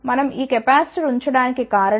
మనం ఈ కెపాసిటర్ ఉంచడాని కి కారణం